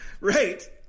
right